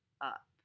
up